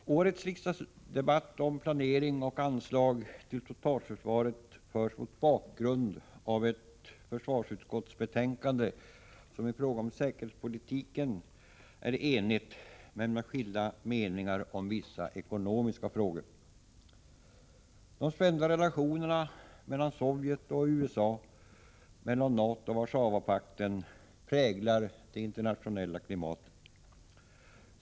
Herr talman! Årets riksdagsdebatt om planering och anslag till totalförsvaret förs mot bakgrund av ett försvarsutskottsbetänkande som är enigt i fråga om säkerhetspolitiken men som har skilda meningar om vissa ekonomiska frågor. De spända relationerna mellan Sovjet och USA, mellan NATO och Warszawapakten, präglar det internationella klimatet.